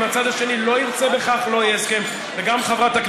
אם הצד השני לא ירצה בכך, לא יהיה הסכם.